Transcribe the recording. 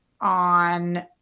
on